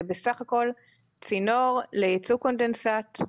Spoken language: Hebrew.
זה בסך הכל צינור לייצוא קונדנסט,